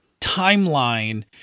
timeline